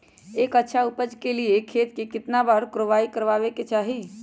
एक अच्छा उपज के लिए खेत के केतना बार कओराई करबआबे के चाहि?